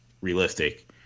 realistic